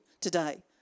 today